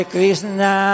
Krishna